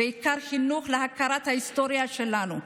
בעיקר חינוך להכרת ההיסטוריה שלנו,